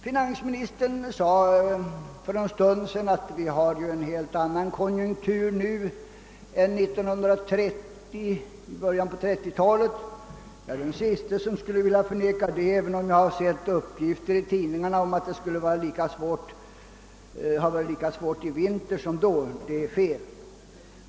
Finansministern sade för en stund sedan att vi har en helt annan konjunktur nu än i början av 1930-talet. Jag är den siste som skulle vilja förneka det, även om jag har sett uppgifter i tidningarna om att det skulle ha varit lika svårt i vintras som då. Detta är felaktigt.